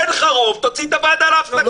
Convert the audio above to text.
אין לך רוב, תוציא את הוועדה להפסקה.